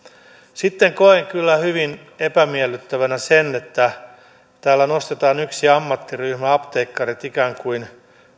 sitten koen kyllä hyvin epämiellyttävänä sen että täällä nostetaan yksi ammattiryhmä apteekkarit ikään kuin